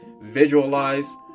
visualize